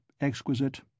exquisite